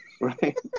right